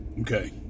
Okay